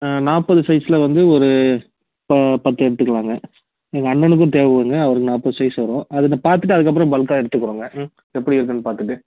ஆ நாற்பது சைஸில் வந்து ஒரு ப பத்து எடுத்துக்கலாங்க எங்கள் அண்ணனுக்கும் தேவைப்படுதுங்க அவருக்கு நாற்பது சைஸ் வரும் அதில் பார்த்துட்டு அதுக்கப்புறம் பல்க்கா எடுத்துக்கிறோங்க ம் எப்படி இருக்குதுன்னு பார்த்துட்டு